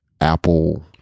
apple